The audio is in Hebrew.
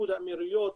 איחוד האמירויות,